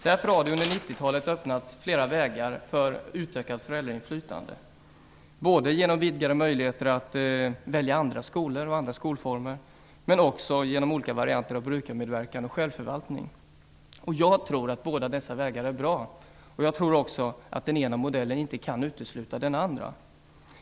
Därför har det under 90-talet öppnats flera vägar för utökat föräldrainflytande, både genom vidgade möjligheter att välja andra skolor och andra skolformer och genom olika varianter av brukarmedverkan och självförvaltning. Jag tror att båda dessa vägar är bra. Jag tror också att den ena modellen inte kan utesluta den andra.